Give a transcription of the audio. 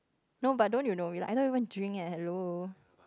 no but don't you know like I don't even drink eh hello